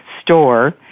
Store